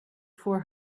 four